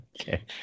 Okay